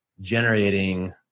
generating